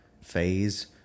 phase